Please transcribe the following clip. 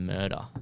Murder